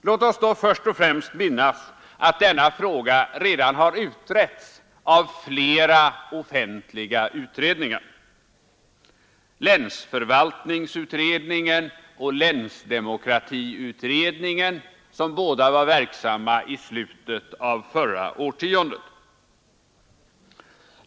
Låt oss då först och främst minnas att denna fråga redan utretts av flera offentliga utredningar: länsförvaltningsutredningen och länsdemokratiutredningen, som båda var verksamma i slutet av förra årtiondet.